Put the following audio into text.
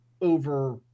over